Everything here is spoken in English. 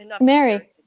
Mary